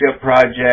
project